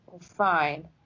fine